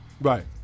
Right